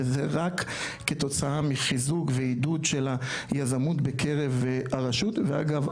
וזה רק כתוצאה מחיזוק ועידוד של היזמות בקרב הרשות ואגב,